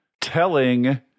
telling